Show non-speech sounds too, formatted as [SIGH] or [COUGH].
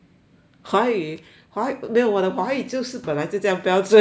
华语华没有我的华语就是本来就这样标准 [NOISE]